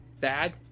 Bad